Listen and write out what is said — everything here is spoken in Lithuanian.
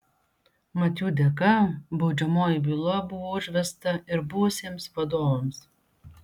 mat jų dėka baudžiamoji byla buvo užvesta ir buvusiems vadovams